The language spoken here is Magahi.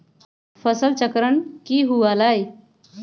फसल चक्रण की हुआ लाई?